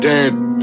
dead